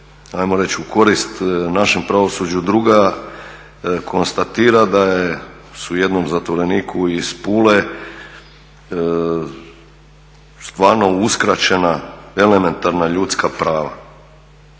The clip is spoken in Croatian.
u korist našem pravosuđu, druga konstatira da su jednom zatvoreniku iz Pule stvarno uskraćena elementarna ljudska prava.